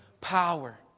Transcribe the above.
power